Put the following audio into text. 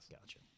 Gotcha